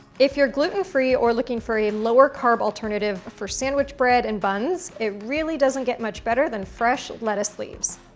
if you're gluten free or looking for a lower carb alternative for sandwich bread and buns, it really doesn't get much better than fresh lettuce leaves.